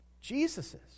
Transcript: Jesus's